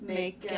make